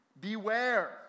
Beware